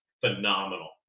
phenomenal